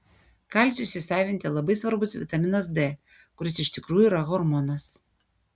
kalciui įsisavinti labai svarbus vitaminas d kuris iš tikrųjų yra hormonas